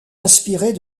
inspirées